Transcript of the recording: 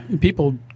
People